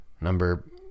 Number